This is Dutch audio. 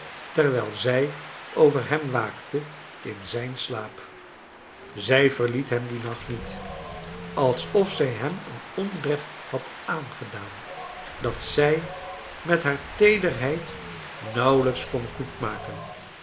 terwijl zij over hem waakte in zijn slaap zij verliet hem dien nacht niet alsof zij hem een onrecht had aangedaan dat zij met haar teederheid nauwelijks kon